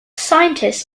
scientists